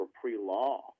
pre-law